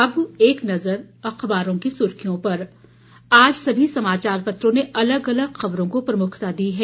अब एक नज़र अखबारों की सुर्खियों पर आज सभी समाचार पत्रों ने अलग अलग खबरों को प्रमुखता दी है